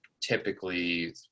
typically